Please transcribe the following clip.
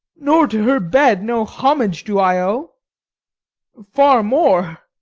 nor to her bed no homage do i owe far more,